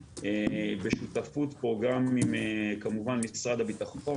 בשותפות גם כמובן עם משרד הבטחון,